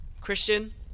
Christian